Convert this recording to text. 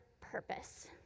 purpose